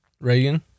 Reagan